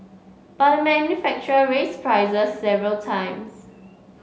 but the manufacturer raised prices several times